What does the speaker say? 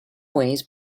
ways